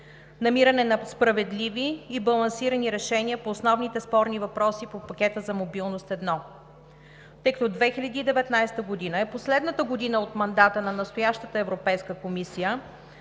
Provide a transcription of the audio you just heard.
намиране на справедливи и балансирани решения по основните спорни въпроси по Пакета за мобилност 1. Тъй като 2019 г. е последната година от мандата на настоящата Европейска комисия,